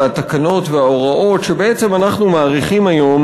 התקנות וההוראות שבעצם אנחנו מאריכים היום